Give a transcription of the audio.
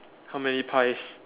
how many pies